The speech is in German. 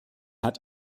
hat